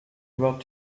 about